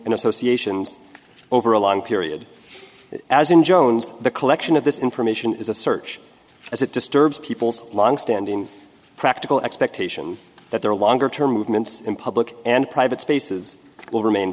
and associations over a long period as in jones the collection of this information is a search as it disturbs people's longstanding practical expectation that their longer term movements in public and private spaces will remain